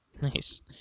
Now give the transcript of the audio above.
Nice